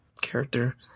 character